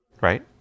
right